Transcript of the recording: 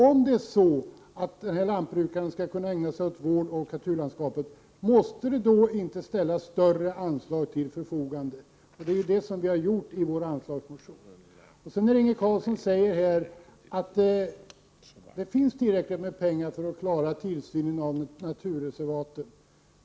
Om denne lantbrukare skall kunna ägna sig åt vård av naturlandskapet, måste det då inte ställas större anslag till förfogande? Det är ju det som vi har föreslagit i våra anslagsmotioner. Inge Carlsson säger att vi har tillräckligt med pengar anslagna för att klara tillsynen av naturreservat.